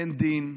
אין דין,